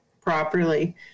properly